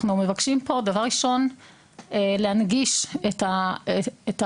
אנחנו מבקשים פה דבר ראשון להנגיש את הבעיות.